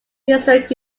historic